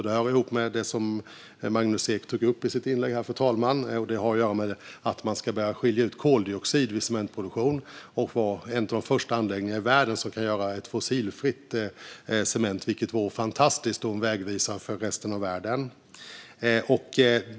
Det hör ihop med det Magnus Ek tog upp i sitt inlägg, nämligen att börja skilja ut koldioxid vid cementproduktion och vara en av de första anläggningarna i världen som kan producera cement fossilfritt, vilket vore fantastiskt och en vägvisare för resten av världen.